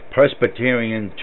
Presbyterian